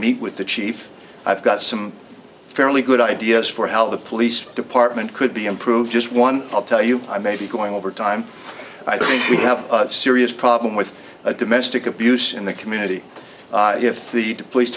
meet with the chief i've got some fairly good ideas for how the police department could be improved just one i'll tell you i may be going over time i think we have a serious problem with a domestic abuse in the community if the police